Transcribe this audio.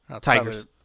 Tigers